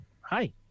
Hi